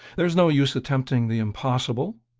there's no use attempting the impossible.